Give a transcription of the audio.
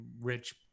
rich